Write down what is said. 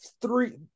three